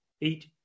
eat